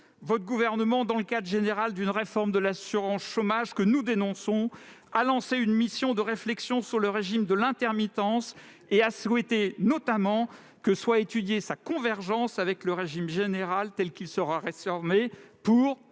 votre gouvernement, dans le cadre général d'une réforme de l'assurance chômage que nous dénonçons, a lancé une mission de réflexion sur le régime de l'intermittence et a souhaité notamment que soit étudiée sa convergence avec le régime général tel qu'il sera réformé pour